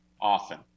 often